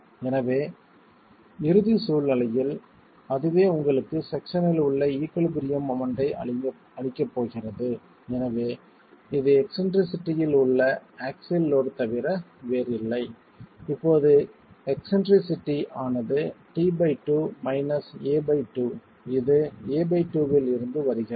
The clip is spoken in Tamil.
எனவே இறுதிச் சூழ்நிலையில் அதுவே உங்களுக்குப் செக்ஷனில் உள்ள ஈகுலிபிரியம் மொமெண்ட் ஐ அளிக்கப் போகிறது எனவே இது எக்ஸ்ன்ட்ரிசிட்டியில் உள்ள ஆக்ஸில் லோட் தவிர வேறில்லை இப்போது எக்ஸ்ன்ட்ரிசிட்டி ஆனது t2 a2 இது a2 இல் இருந்து வருகிறது